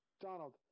Donald